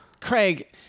Craig